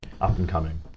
up-and-coming